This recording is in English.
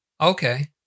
Okay